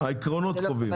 העקרונות קובעים,